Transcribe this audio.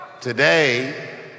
today